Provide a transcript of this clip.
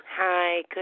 Hi